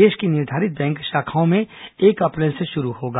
देश की निर्धारित बैंक शाखाओं में एक अप्रैल से शुरू होगा